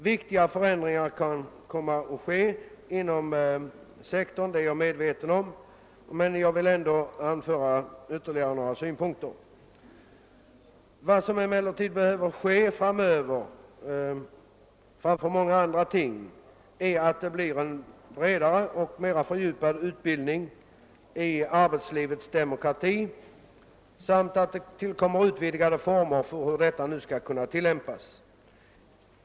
Viktiga förändringar kan komma att ske inom denna sektor. Vad som framför allt behövs framöver är en bredare och mer fördjupad utbildning i arbetslivets demokrati. Man behöver också utvidgade former för hur denna skall tillämpas.